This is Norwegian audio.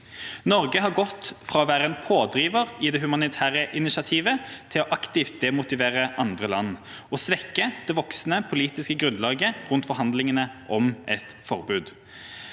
Norge har gått fra å være en pådriver i det humanitære initiativet til aktivt å demotivere andre land og svekke det voksende politiske grunnlaget rundt forhandlinger om et forbud.